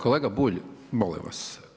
Kolega Bulj, molim vas.